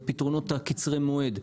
הפתרונות קצרי המועד,